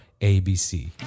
ABC